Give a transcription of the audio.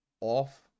off